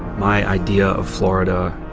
my idea of florida,